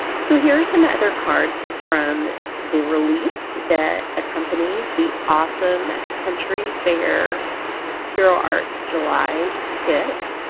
so here are some ah other cards from the release that accompanies the awesome country fair hero arts july kit.